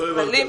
לא הבנתי.